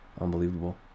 Unbelievable